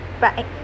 bye